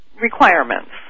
requirements